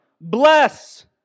bless